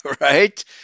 right